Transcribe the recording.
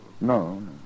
No